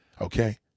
Okay